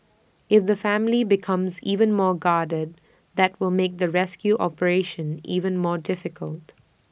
if the family becomes even more guarded that will make the rescue operation even more difficult